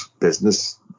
business